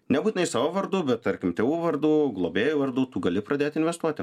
nebūtinai savo vardu bet tarkim tėvų vardu globėjų vardu tu gali pradėt investuoti